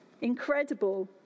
Incredible